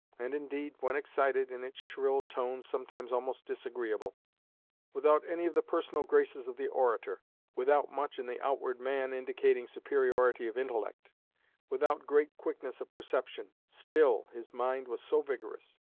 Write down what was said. and, indeed, when excited, in its shrill tones sometimes almost disagreeable without any of the personal graces of the orator without much in the outward man indicating superiority of intellect without great quickness of perception still, his mind was so vigorous,